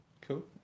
Cool